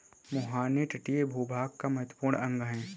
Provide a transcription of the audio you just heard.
मुहाने तटीय भूभाग का महत्वपूर्ण अंग है